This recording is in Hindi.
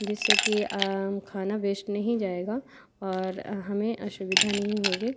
जिससे कि खाना वेस्ट नहीं जाएगा और हमें असुविधा नहीं होगी